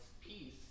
peace